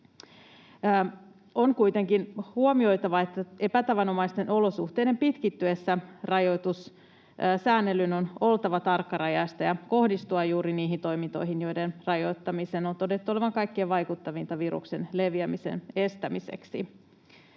On kuitenkin huomioitava, että epätavanomaisten olosuhteiden pitkittyessä rajoitussääntelyn on oltava tarkkarajaista ja kohdistuttava juuri niihin toimintoihin, joiden rajoittamisen on todettu olevan kaikkein vaikuttavinta viruksen leviämisen estämiseksi.